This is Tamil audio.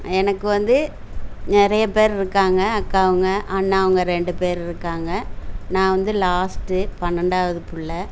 எனக்கு வந்து நிறையப் பேர்ருக்காங்க அக்காங்க அண்ணாங்க ரெண்டுப் பேர்ருக்காங்க நான் வந்து லாஸ்ட்டு பன்னெண்டாவது பிள்ள